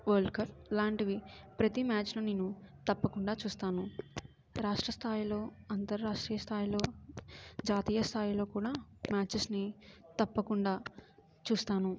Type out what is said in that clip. world cup లాంటివి ప్రతీ మ్యాచ్లో నేను తప్పకుండా చూస్తాను రాష్ట్ర స్థాయిలో అంతర్రాష్ట్రీయ జాతీయ స్థాయిలో కూడా మ్యాచెస్ని తప్పకుండా చూస్తాను